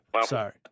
Sorry